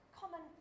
common